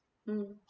mm